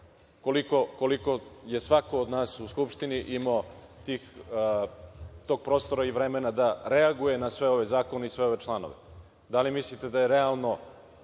koliko je svako od nas u Skupštini imao tog prostora i vremena da reaguje na sve ove zakone i na sve ove članove. Da li mislite da je realno